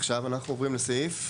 עכשיו אנחנו עוברים לסעיף?